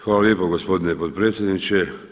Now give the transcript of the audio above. Hvala lijepo gospodine potpredsjedniče.